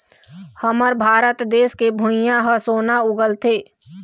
हमर भारत देस के भुंइयाँ ह सोना उगलथे